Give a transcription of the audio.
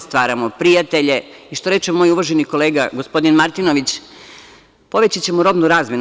Stvaramo prijatelje i, što reče moj uvaženi kolega, gospodin Martinović, povećaćemo robnu razmenu.